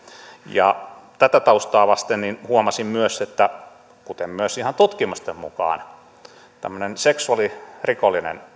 tätä taustaa vasten huomasin myös kuten myös ihan tutkimusten mukaan että tämmöisen seksuaalirikollisen